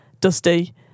Dusty